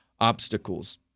obstacles